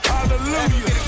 Hallelujah